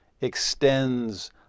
extends